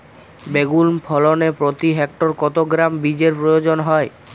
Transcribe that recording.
বেগুন ফলনে প্রতি হেক্টরে কত গ্রাম বীজের প্রয়োজন হয়?